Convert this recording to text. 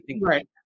Right